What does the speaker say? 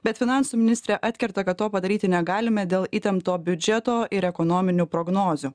bet finansų ministrė atkerta kad to padaryti negalime dėl įtempto biudžeto ir ekonominių prognozių